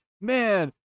man